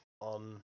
on